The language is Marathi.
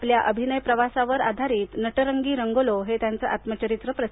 आपल्या अभिनय प्रवासावर आधारित नटरंगी रंगलो हे त्यांचं आत्मचरित्र प्रसिद्ध आहे